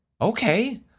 okay